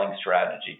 strategy